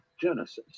Genesis